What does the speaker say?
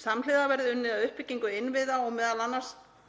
Samhliða verði unnið að uppbyggingu innviða og m.a.